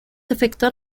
efectuar